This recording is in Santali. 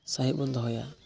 ᱥᱟᱹᱦᱤᱡ ᱵᱚᱱ ᱫᱚᱦᱚᱭᱟ